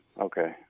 Okay